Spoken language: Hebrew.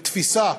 בתפיסה,